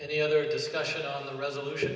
any other discussion on the resolution